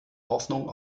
hoffnung